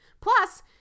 Plus